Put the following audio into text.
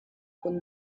con